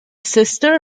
sister